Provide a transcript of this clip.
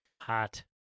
Hot